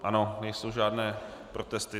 Ano, nejsou žádné protesty.